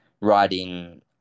riding